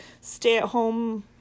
stay-at-home